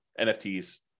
NFTs